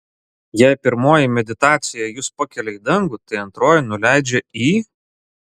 jei pirmoji meditacija jus pakelia į dangų tai antroji nuleidžia į